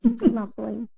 Lovely